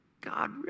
God